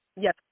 Yes